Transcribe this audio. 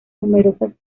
numerosas